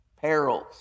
perils